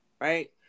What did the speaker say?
right